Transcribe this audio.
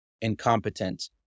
incompetent